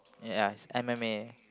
ya it's M_M_A